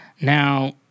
Now